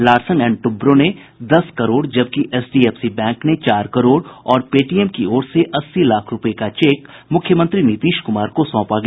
Larsen and Toubro ने दस करोड़ जबकि एचडीएफसी बैंक ने चार करोड़ और पेटीएम की ओर से अस्सी लाख रूपये का चेक मुख्यमंत्री नीतीश कुमार को सौंपा गया